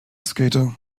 skater